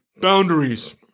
boundaries